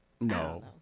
No